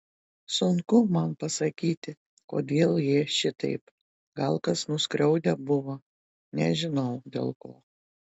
sunku man pasakyti kodėl jie šitaip gal kas nuskriaudę buvo nežinau dėl ko